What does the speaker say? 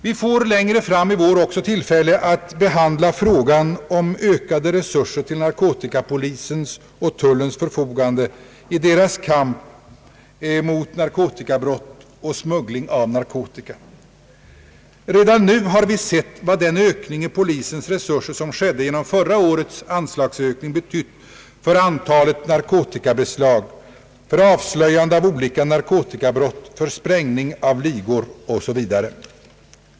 Vi får längre fram i vår också till fälle att behandla frågan om ökade resurser till narkotikapolisens och tullens förfogande i deras kamp mot narkotikabrott och smuggling av narkotika. Redan nu har vi sett vad den ökning av polisens resurser som skedde genom förra årets anslagshöjning betytt för antalet narkotikabeslag, för avslöjande av olika narkotikabrott, för sprängning av ligor osv.